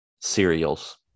cereals